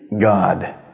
God